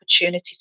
opportunity